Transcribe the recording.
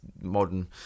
modern